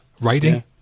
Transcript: writing